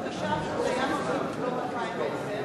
45% היה ב-2010,